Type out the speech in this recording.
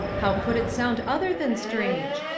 how could it sound other than strange?